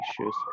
issues